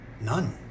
none